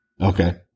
Okay